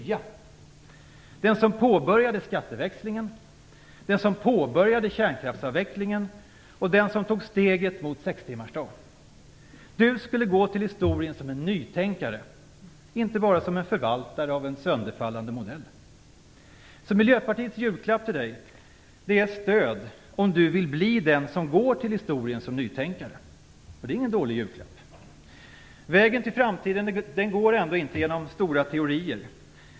Ingvar Carlsson kan bli den som påbörjade skatteväxlingen, den som påbörjade kärnkraftsavvecklingen och den som tog steget mot sextimmarsdagen. Ingvar Carlsson skulle gå till historien som en nytänkare och inte bara som förvaltare av en sönderfallande modell. Miljöpartiets julklapp till Ingvar Carlsson är ett stöd om han vill bli den som går till historien som nytänkare. Det är ingen dålig julklapp. Vägen till framtiden går inte genom stora teorier.